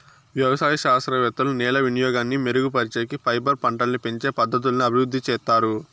వ్యవసాయ శాస్త్రవేత్తలు నేల వినియోగాన్ని మెరుగుపరిచేకి, ఫైబర్ పంటలని పెంచే పద్ధతులను అభివృద్ధి చేత్తారు